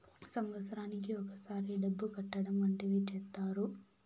సంవత్సరానికి ఒకసారి డబ్బు కట్టడం వంటివి చేత్తారు